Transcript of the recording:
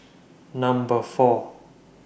Number four